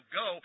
go